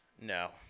No